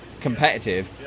competitive